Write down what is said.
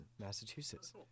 Massachusetts